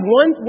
one